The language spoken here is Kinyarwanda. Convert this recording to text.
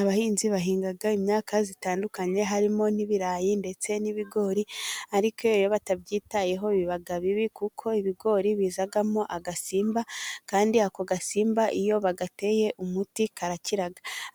Abahinzi bahinga imyaka itandukanye, harimo n'ibirayi ndetse n'ibigori. Ariko iyo batabyitayeho biba bibi. Kuko ibigori bizamo agasimba, kandi ako gasimba iyo bagateye umuti karakira.